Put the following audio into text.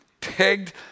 pegged